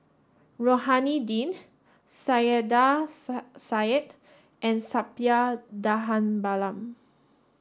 Rohani Din Saiedah Said and Suppiah Dhanabalan